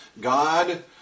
God